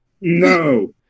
No